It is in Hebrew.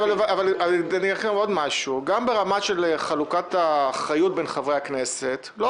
אבל גם ברמת חלוקת האחריות בין חברי הכנסת לא